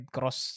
Cross